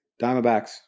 Diamondbacks